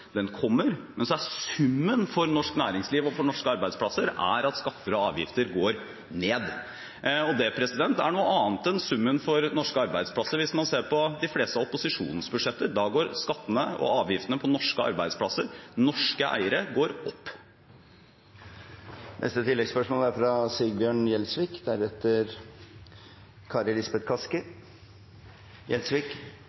Den kommer. Men summen for norsk næringsliv og for norske arbeidsplasser er at skatter og avgifter går ned. Det er noe annet enn summen for norske arbeidsplasser hvis man ser på de fleste av opposisjonens budsjetter – da går skattene og avgiftene på norske arbeidsplasser, for norske eiere, opp. Sigbjørn Gjelsvik – til oppfølgingsspørsmål. Summen av denne regjeringens politikk er